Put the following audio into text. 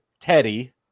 Teddy